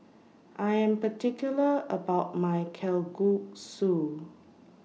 I Am particular about My Kalguksu